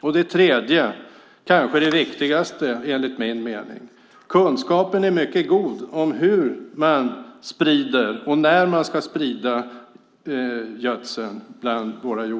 För det tredje - kanske det viktigaste - är kunskapen bland våra jordbrukare mycket god om hur och när man ska sprida gödseln.